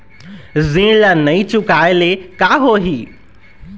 ऋण ला नई चुकाए ले का होही?